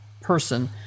person